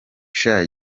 sha